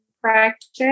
practice